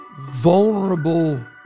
vulnerable